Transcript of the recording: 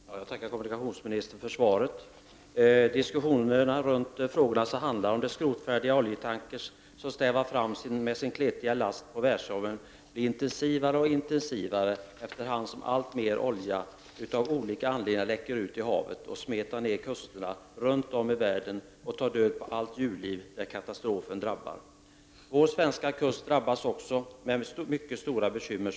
Herr talman! Jag tackar kommunikationsministern för svaret. Diskussionen om de skrotfärdiga oljetankrar som stävar fram med sin kletiga last på världshaven blir intensivare och intensivare efter hand som alltmer olja av olika anledningar läcker ut i havet och smetar ner kusterna runt om i världen och tar död på allt djurliv där katastroferna inträffar. Vår svenska kust drabbas också, vilket medför mycket stora bekymmer.